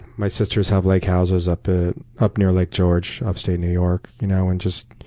my sisters have lake houses up ah up near lake george, upstate new york, you know and just